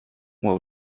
well